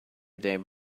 them